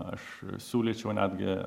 aš siūlyčiau netgi